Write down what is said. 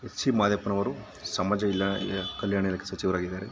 C ಮಾದಪ್ಪನವರು ಸಮಾಜ ಇಲಾ ಕಲ್ಯಾಣ ಇಲಾಖೆ ಸಚಿವರಾಗಿದ್ದಾರೆ